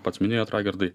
pats minėjot raigardai